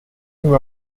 him